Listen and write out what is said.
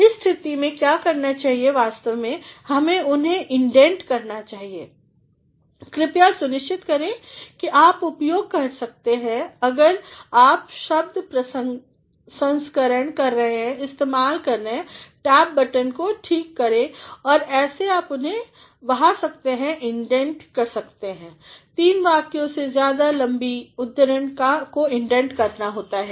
इस स्थिति में क्या करना है वास्तव में हमें उन्हें इंडेंट करना चाहिए कृपया सुनिश्चित करिए कि आप उपयोग कर सकते हैं अगर आप शब्दप्रसंस्करणकर रहे हैं इस्तेमाल करिए टैब बटन का ठीक और ऐसे आप उन्हें बहा सकते हैं या इंडेंट कर सकते हैं तीन वाक्यों से ज़्यादा लम्बी उद्धरण को इंडेंट करना है